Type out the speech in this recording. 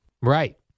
Right